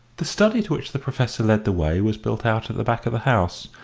the study to which the professor led the way was built out at the back of the house,